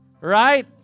Right